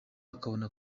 akabona